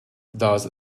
does